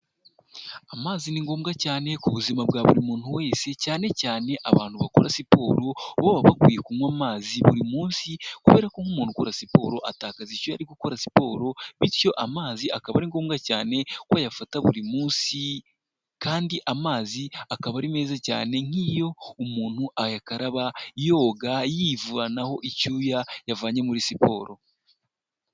Amazi ni ngombwa cyane ku buzima bwa buri muntu wese cyane cyane abantu bakora siporo, bo baba bakwiye kunywa amazi buri munsi kubera ko umuntu ukora siporo atakaza icyoya yari gukora siporo bityo amazi akaba ari ngombwa cyane ko ayafata buri munsi kandi amazi akaba ari meza cyane nk'iyo umuntu ayakaraba, yoga yivuanaho icyuya yavanye muri siporo.